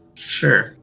Sure